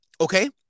Okay